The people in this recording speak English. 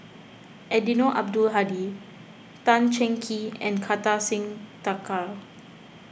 Eddino Abdul Hadi Tan Cheng Kee and Kartar Singh Thakral